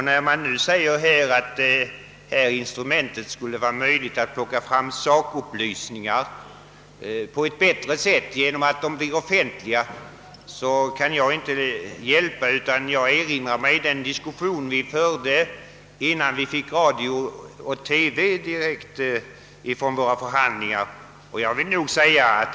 När det nu sägs att det med detta instrument skulle vara möjligt att plocka fram sakupplysningar på ett bättre sätt genom att förhören blir offentliga, kan jag inte låta bli att erinra mig den diskussion vi förde innan vi fick radiooch TV-sändningar direkt från våra förhandlingar.